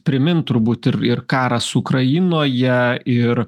primint turbūt ir ir karas ukrainoje ir